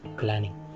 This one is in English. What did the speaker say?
planning